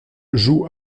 joue